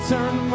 Turn